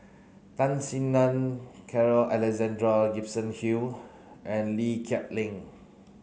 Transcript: Tan Sin Nun Carl Alexander Gibson Hill and Lee Kip Lee